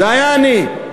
זה היה אני.